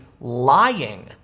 lying